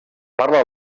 parla